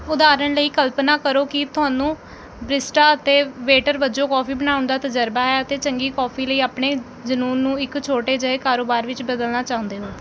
ਉਦਾਹਰਣ ਲਈ ਕਲਪਨਾ ਕਰੋ ਕਿ ਤੁਹਾਨੂੰ ਬਰਿਸਟਾ ਅਤੇ ਵੇਟਰ ਵਜੋਂ ਕੌਫੀ ਬਣਾਉਣ ਦਾ ਤਜਰਬਾ ਹੈ ਅਤੇ ਚੰਗੀ ਕੌਫੀ ਲਈ ਆਪਣੇ ਜਨੂੰਨ ਨੂੰ ਇੱਕ ਛੋਟੇ ਜਿਹੇ ਕਾਰੋਬਾਰ ਵਿੱਚ ਬਦਲਣਾ ਚਾਹੁੰਦੇ ਹੋ